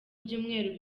byumweru